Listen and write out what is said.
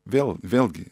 vėl vėlgi